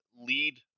lead